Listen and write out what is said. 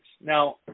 Now